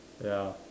ya